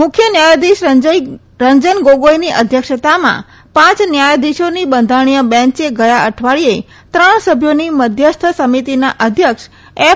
મુખ્ય ન્યાયમૂર્તિ રંજન ગોગોઈની અધ્યક્ષતામાં પાંચ ન્યાયાધીશોની બંધારણીય બેન્ચે ગયા અઠવાડિયે ત્રણ સભ્યોની મધ્યસ્થ સમિતિના અધ્યક્ષ એફ